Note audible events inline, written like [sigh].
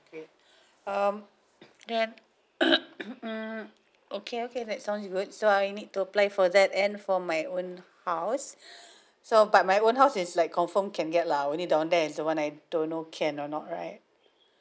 great um then [coughs] um okay okay that sounds good so I need to apply for that and for my own house so but my own house is like confirm can get lah only down there is the one I don't know can or not right